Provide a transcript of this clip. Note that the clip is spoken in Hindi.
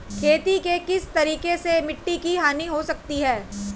खेती के किस तरीके से मिट्टी की हानि हो सकती है?